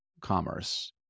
commerce